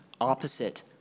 opposite